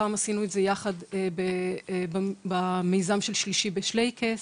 פעם עשינו את זה ביחד במיזם של שלישי בשלייקס.